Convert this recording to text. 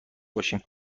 باشیم